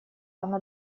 она